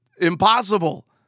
impossible